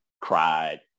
cried